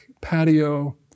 patio